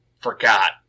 forgot